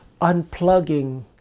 unplugging